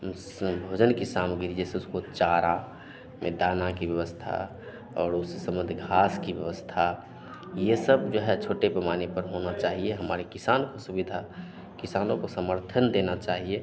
उस भोजन की सामग्री जैसे उसको चारा में दाना की व्यवस्था और उसी समय यदि घाँस की व्यवस्था ये सब जो है छोटे पैमाने पर होना चाहिए हमारे किसान को सुविधा किसानों को समर्थन देना चाहिए